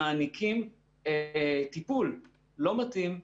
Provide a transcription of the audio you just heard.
מעניקים טיפול לא מתאים,